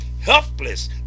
helpless